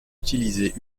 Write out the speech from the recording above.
utilisé